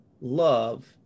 love